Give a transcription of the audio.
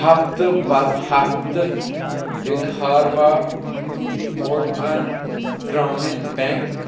ہفتہٕ پتہٕ ہفتہٕ وِدھاربا کونکَن گرٛامیٖن بیٚنٛک